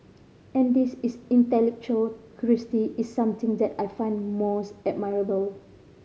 and this is intellectual curiosity is something that I find most admirable